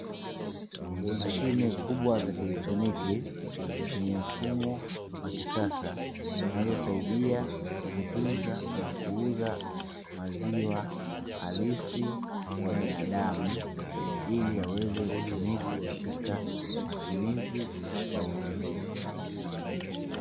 Mashine kubwa za kielectroniki zenye mfumo wa kisasa zinazosaidia kutunza na kuuza maziwa halisi kwa binadamu, ili yaweze kutumika katika matumizi tofauti.